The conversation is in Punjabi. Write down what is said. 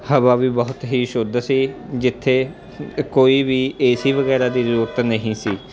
ਹਵਾ ਵੀ ਬਹੁਤ ਹੀ ਸ਼ੁੱਧ ਸੀ ਜਿੱਥੇ ਕੋਈ ਵੀ ਏਸੀ ਵਗੈਰਾ ਦੀ ਜ਼ਰੂਰਤ ਨਹੀਂ ਸੀ